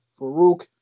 Farouk